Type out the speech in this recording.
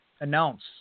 announce